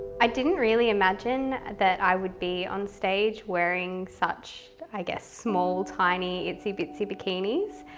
i didn't really imagine that i would be on stage wearing such i guess small, tiny itsy bitsy bikinis.